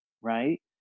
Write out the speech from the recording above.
Right